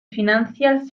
financial